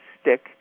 stick